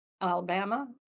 Alabama